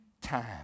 time